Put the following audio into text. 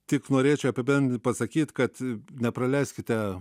tik norėčiau apibendrint pasakyt kad nepraleiskite